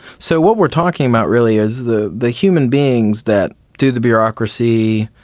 so what we're talking about really is the the human beings that do the bureaucracy,